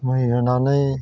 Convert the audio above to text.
मै होनानै